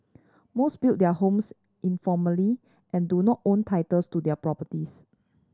most built their homes informally and do not own titles to their properties